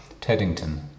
Teddington